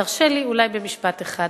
תרשה לי אולי משפט אחד